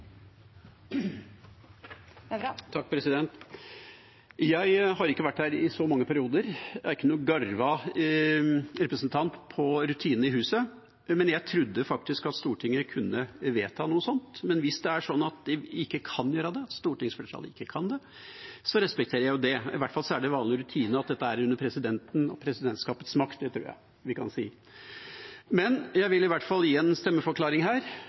mange perioder. Jeg er ingen garvet representant på rutinene i huset, men jeg trodde faktisk at Stortinget kunne vedta noe sånt. Men hvis det er sånn at stortingsflertallet ikke kan gjør det, respekterer jeg det. I hvert fall er det vanlig rutine at dette er under presidenten og presidentskapets makt, det tror jeg vi kan si. Jeg vil i hvert fall gi en stemmeforklaring her.